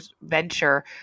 venture